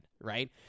right